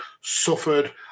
suffered